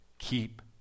keep